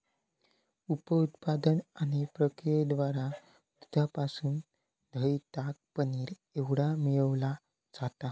उप उत्पादन आणि प्रक्रियेद्वारा दुधापासून दह्य, ताक, पनीर एवढा मिळविला जाता